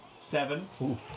Seven